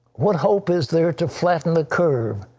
what hope is there to threaten the curve?